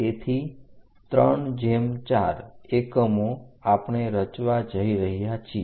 તેથી 34 એકમો આપણે રચવા જઈ રહ્યા છીએ